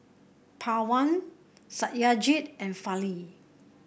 Pawan Satyajit and Fali